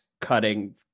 cutting